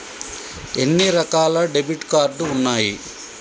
ఎన్ని రకాల debit card ఉన్నాయి?